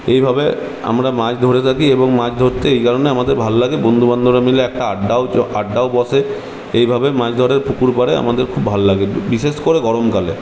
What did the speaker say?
এইভাবে আমরা মাছ ধরে থাকি এবং মাছ ধরতে এই কারণে আমাদের ভাল লাগে বন্ধু বান্ধবরা মিলে একটা আড্ডাও আড্ডাও বসে এইভাবে মাছ ধরে পুকুর পাড়ে আমাদের খুব ভাল্লাগে বিশেষ করে গরমকালে